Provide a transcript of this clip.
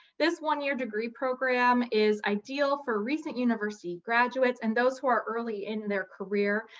this one-year degree program is ideal for recent university graduates and those who are early in their career.